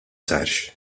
sarx